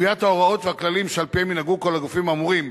קביעת ההוראות והכללים שעל-פיהם ינהגו כל הגופים האמורים,